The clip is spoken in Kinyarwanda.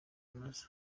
nazo